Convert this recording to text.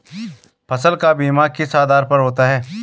फसल का बीमा किस आधार पर होता है?